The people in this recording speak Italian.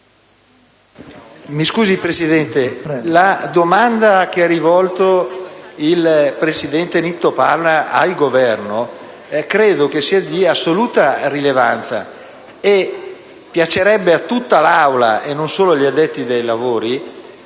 Signor Presidente, la domanda che ha rivolto il senatore Palma al Governo credo sia di assoluta rilevanza e piacerebbe a tutta l'Assemblea, e non solo agli addetti ai lavori,